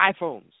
iPhones